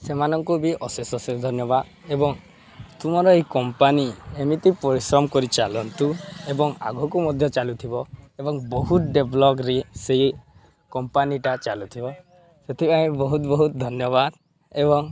ସେମାନଙ୍କୁ ବି ଅଶେଷ ଅଶେଷ ଧନ୍ୟବାଦ ଏବଂ ତୁମର ଏହି କମ୍ପାନୀ ଏମିତି ପରିଶ୍ରମ କରି ଚାଲନ୍ତୁ ଏବଂ ଆଗକୁ ମଧ୍ୟ ଚାଲୁଥିବ ଏବଂ ବହୁତ ଡେଭ୍ଲପ୍ରେ ସେହି କମ୍ପାନୀଟା ଚାଲୁଥିବ ସେଥିପାଇଁ ବହୁତ ବହୁତ ଧନ୍ୟବାଦ ଏବଂ